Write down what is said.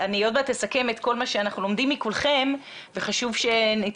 אני עוד מעט מסכם את כל מה שאנחנו לומדים מכולכם וחשוב שנתייחס,